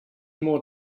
more